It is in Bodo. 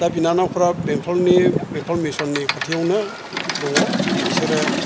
दा बिनानावफ्रा बेंटलनि बेंटल मिसननि खाथियावनो दङ बिसोरो